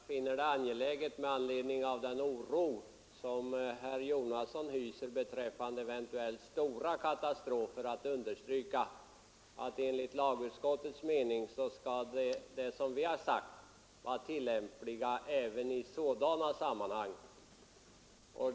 Herr talman! Jag finner det angeläget understryka, med anledning av den oro som herr Jonasson hyser beträffande eventuella stora katastrofer, att enligt lagutskottets mening skall det som vi uttalat vara tillämpligt även i sådana sammanhang.